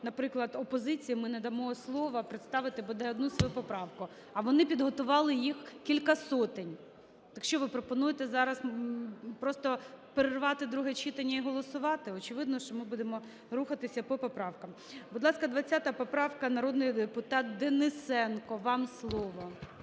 наприклад, опозиції ми не дамо слово представити бодай одну свою поправку. А вони підготували їх кілька сотень. Так що, ви пропонуєте зараз просто перервати друге читання і голосувати? Очевидно, що ми будемо рухатися по поправкам. Будь ласка, 20 поправка. Народний депутат Денисенко, вам слово.